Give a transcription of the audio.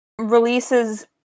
releases